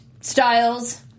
styles